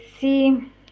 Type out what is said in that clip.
see